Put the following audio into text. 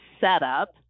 setup